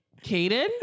Caden